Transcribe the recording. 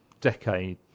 decade